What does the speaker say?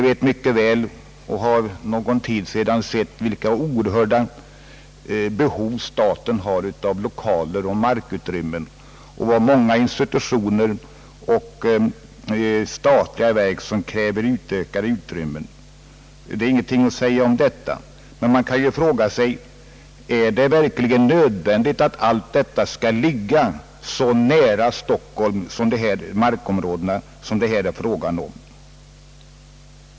Jag känner väl till vilka oerhört stora behov staten har av lokaler och markutrymmen och att många institutioner och statliga verk kräver ökade utrymmen. Det är ingenting att säga om det, men man kan fråga sig om det verkligen är nödvändigt att allt detta skall ligga så nära Stockholm som det här är fråga om.